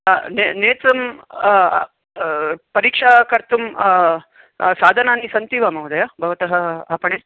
ने नेतुं परीक्षा कर्तुं साधनानि सन्ति वा महोदय भवतः आपणे